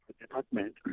department